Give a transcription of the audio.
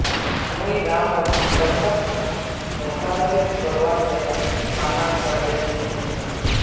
मुई रामक बंधक धोखाधड़ी करवा से माना कर्या छीनु